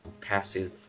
passive